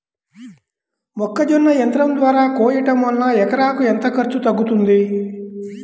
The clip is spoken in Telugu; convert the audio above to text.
మొక్కజొన్న యంత్రం ద్వారా కోయటం వలన ఎకరాకు ఎంత ఖర్చు తగ్గుతుంది?